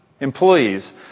employees